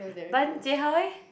but then Jie-Hao eh